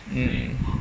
mm